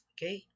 Okay